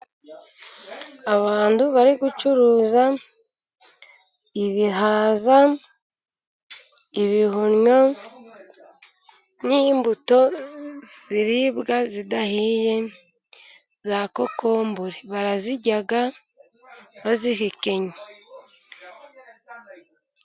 Abantu bari gucuruza ibihaza, ibihumyo n'imbuto ziribwa zidahiye za kokombure. Bazirya bazihekenye.